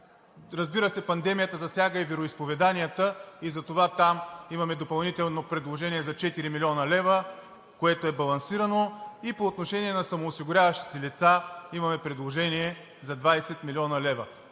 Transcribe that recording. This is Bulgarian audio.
Разбира се, пандемията засяга и вероизповеданията. Затова там имаме допълнително предложение за 4 млн. лв., което е балансирано. По отношение на самоосигуряващите се лица имаме предложение за 20 млн. лв.